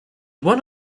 one